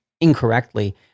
incorrectly